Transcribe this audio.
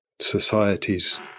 societies